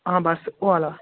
आं बस ओह् आह्ला